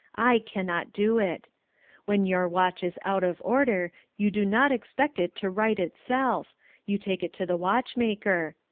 i cannot do it when your watch is out of order you do not expect it to right itself you take it to the watchmaker.